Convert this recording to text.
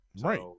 Right